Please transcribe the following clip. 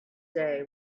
day